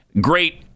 Great